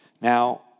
Now